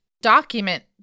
document